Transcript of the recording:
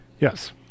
yes